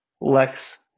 Lex